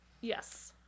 Yes